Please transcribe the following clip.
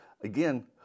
again